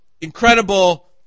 incredible